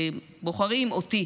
בוחרים אותי,